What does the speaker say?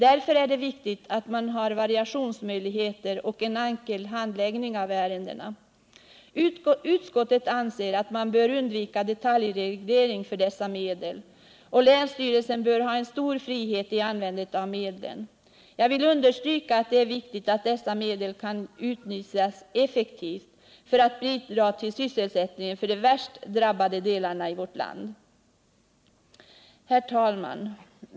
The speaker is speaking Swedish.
Därför är det viktigt att man har variationsmöjligheter och en enkel handläggning av ärendena. Utskottet anser att man bör undvika detaljreglering för dessa medel, och länsstyrelsen bör ha stor frihet i användandet av medlen. Jag vill understryka att det är viktigt att dessa medel kan utnyttjas effektivt för att bidra till sysselsättning för de värst drabbade delarna av vårt land.